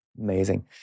Amazing